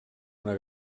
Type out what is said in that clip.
una